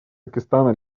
пакистана